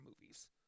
movies